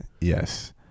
Yes